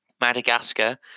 Madagascar